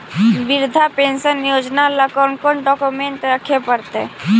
वृद्धा पेंसन योजना ल कोन कोन डाउकमेंट रखे पड़तै?